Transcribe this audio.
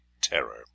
terror